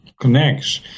connects